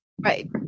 Right